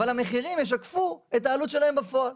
אבל המחירים ישקפו את העלות שלהם בפועל.